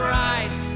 right